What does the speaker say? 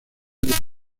veinte